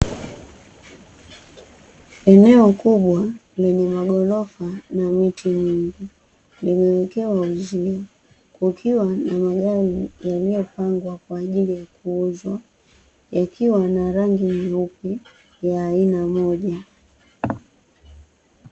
Eneo kubwa lenye maghorofa na miti mingi limewekewa, uzio ukiwa na magari yaliyopangwa kwa ajili ya kuuzwa yakiwa na rangi nyeupe ya aina moja.